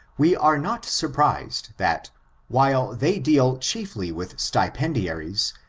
we are not surprised, that while they deal chiefly with stipendiaries,